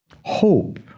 hope